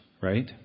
right